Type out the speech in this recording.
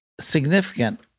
significant